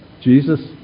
Jesus